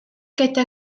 gyda